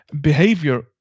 behavior